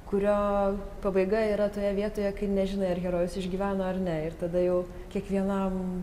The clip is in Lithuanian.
kurio pabaiga yra toje vietoje kai nežinai ar herojus išgyveno ar ne ir tada jau kiekvienam